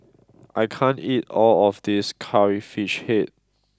I can't eat all of this Curry Fish Head